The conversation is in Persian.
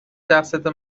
شخصیت